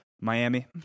Miami